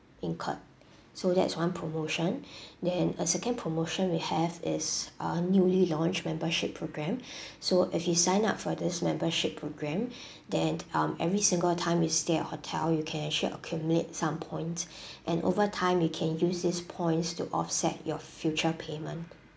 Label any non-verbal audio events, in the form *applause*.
incurred *breath* so that is one promotion *breath* then a second promotion we have is a newly-launched membership program *breath* so if you sign up for this membership program *breath* then um every single time you stay at hotel you can actually accumulate some points *breath* and over time you can use this points to offset your future payment